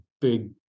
big